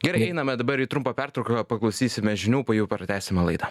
gerai einame dabar į trumpą pertrauką paklausysime žinių po jų pratęsime laidą